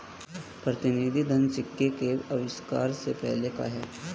प्रतिनिधि धन सिक्के के आविष्कार से पहले का है